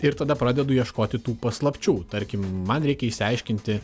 ir tada pradedu ieškoti tų paslapčių tarkim man reikia išsiaiškinti